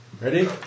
Ready